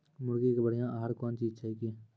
मुर्गी के बढ़िया आहार कौन चीज छै के?